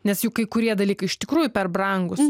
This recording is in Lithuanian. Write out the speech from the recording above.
nes juk kai kurie dalykai iš tikrųjų per brangūs